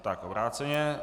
Tak obráceně.